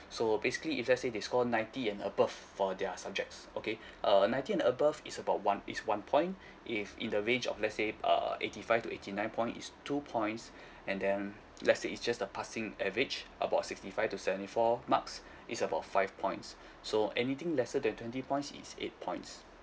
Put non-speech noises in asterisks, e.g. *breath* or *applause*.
so basically if let's say they score ninety and above for their subjects okay *breath* uh ninety and above is about one is one point *breath* if in the range of let's say err eighty five to eighty nine point is two points *breath* and then let's say it's just a passing average about sixty five to seventy four marks *breath* is about five points *breath* so anything lesser than twenty points is eight points